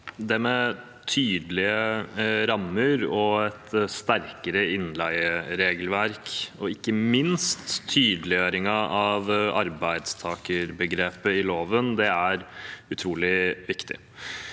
leder): Tydelige rammer, et sterkere innleieregelverk og ikke minst tydeliggjøringen av arbeidstakerbegrepet i loven er utrolig viktig.